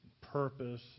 purpose